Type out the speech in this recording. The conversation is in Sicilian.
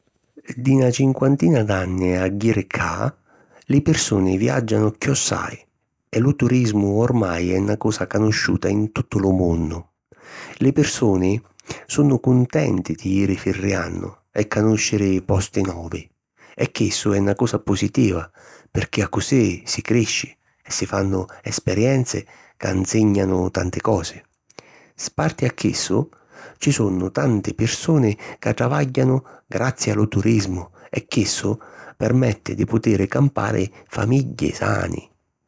Di na cincuantina d’anni a jiri cca, li pirsuni viàggianu chiossai e lu turismu ormai è na cosa canusciuta in tuttu lu munnu. Li pirsuni sunnu cuntenti di jiri firriannu e canùsciri posti novi e chissu è na cosa positiva pirchì accussì si crisci e si fannu esperienzi ca nsìgnanu tanti cosi. Sparti a chissu, ci sunnu tanti pirsuni ca travàgghianu grazi a lu turismu e chissu permetti di putiri campari famigghi sani.